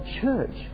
church